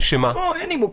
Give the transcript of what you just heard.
את הנימוקים.